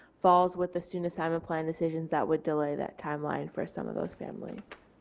falls with the student assignment plan decision that would delay that timeline for some of those families.